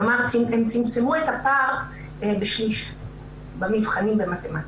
כלומר, הן צמצמו את הפער בשליש במבחנים במתמטיקה.